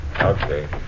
Okay